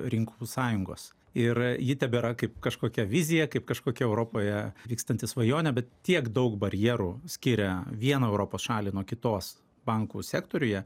rinkų sąjungos ir ji tebėra kaip kažkokia vizija kaip kažkokia europoje vykstanti svajonė bet tiek daug barjerų skiria vieną europos šalį nuo kitos bankų sektoriuje